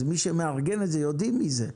יודעים מי מארגן את זה,